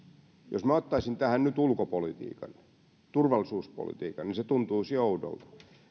jos minä ottaisin tähän nyt ulkopolitiikan turvallisuuspolitiikan niin se tuntuisi oudolta